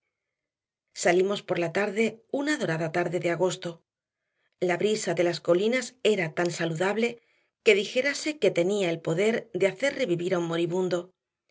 salimos por la tarde una dorada tarde de agosto la brisa de las colinas era tan saludable que dijérase que tenía el poder de hacer revivir a un moribundo